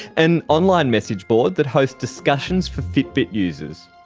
an online message board that hosts discussions for fitbit users.